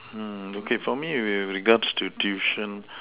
mm okay for me with regards to tuition